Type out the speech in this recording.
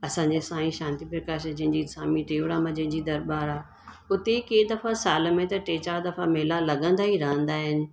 असांजे साईं शांती प्रकाश आहे जंहिंजी स्वामी टेउराम जी दरबारु आहे हुते ई कंहिं दफ़ा साल में त टे चारि दफ़ा मेला लॻंदा ई रहंदा आहिनि